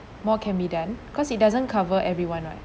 more can be done cause it doesn't cover everyone right